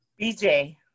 BJ